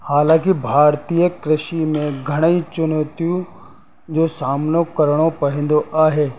हालांकि भारतीय कृषि में घणेई चुनौतियूं जो सामनो करिणो पवंदो आहे